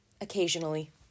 occasionally